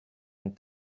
and